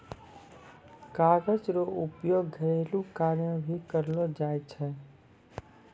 कागज रो उपयोग घरेलू कार्य मे भी करलो जाय छै